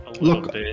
look